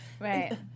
Right